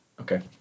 Okay